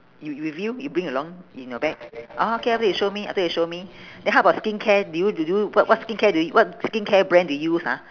you with you you bring along in your bag orh okay okay you show me after you show me then how about skincare do you do you what what skincare do you what skincare brand do you use ha